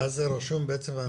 ואז זה רשום בספח.